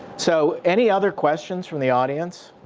so any other questions from the audience?